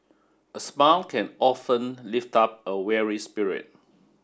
a smile can often lift up a weary spirit